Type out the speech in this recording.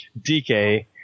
DK